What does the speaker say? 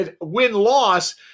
win-loss